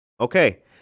Okay